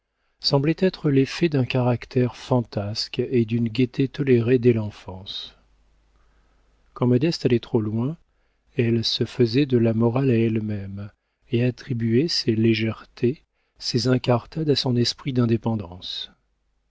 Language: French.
semblaient être l'effet d'un caractère fantasque et d'une gaieté tolérée dès l'enfance quand modeste allait trop loin elle se faisait de la morale à elle-même et attribuait ses légèretés ses incartades à son esprit d'indépendance